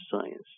science